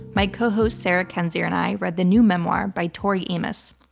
my co-host sarah kendzior and i read the new memoir by tori amos,